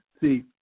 See